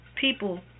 people